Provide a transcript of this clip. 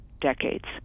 decades